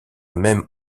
même